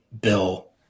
Bill